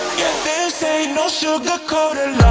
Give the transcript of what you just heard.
this ain't no sugar coated